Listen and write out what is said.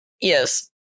Yes